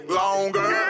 longer